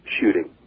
shooting